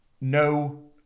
No